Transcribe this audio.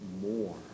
more